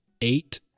eight